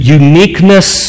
uniqueness